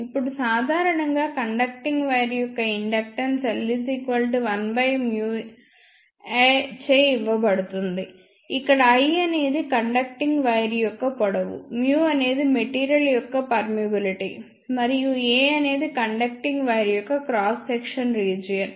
ఇప్పుడు సాధారణంగా conducting wire యొక్క ఇండక్టెన్స్ L 1μA చే ఇవ్వబడుతుంది ఇక్కడ l అనేది కండక్టింగ్ వైర్ యొక్క పొడవుµ అనేది మెటీరియల్ యొక్క పర్మియబిలిటీ మరియు A అనేది కండక్టింగ్ వైర్ యొక్క క్రాస్ సెక్షన్ రీజియన్